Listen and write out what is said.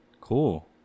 Cool